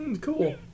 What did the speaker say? cool